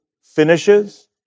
finishes